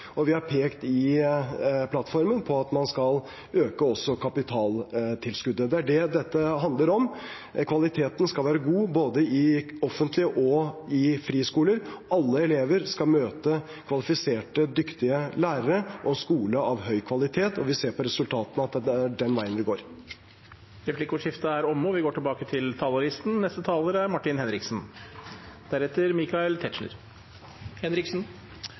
har i plattformen pekt på at man også skal øke kapitaltilskuddet. Det er det dette handler om. Kvaliteten skal være god både i offentlige skoler og i friskoler. Alle elever skal møte kvalifiserte, dyktige lærere og skoler av høy kvalitet, og vi ser på resultatene at det er den veien det går. Replikkordskiftet er omme. Vi har fått en utvidet høyreregjering, men erklæringen er ikke veldig ny. Mye har vi hørt før, de nye ideene glimrer med sitt fravær. Og